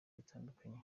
bitandukanye